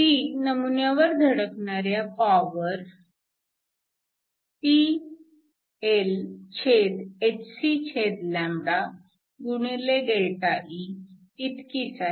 ती नमुन्यावर धडकणाऱ्या पॉवर PLhcΔE इतकीच आहे